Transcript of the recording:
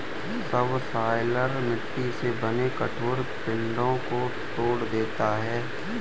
subsoiler मिट्टी से बने कठोर पिंडो को तोड़ देता है